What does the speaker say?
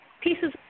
pieces